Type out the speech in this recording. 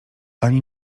ani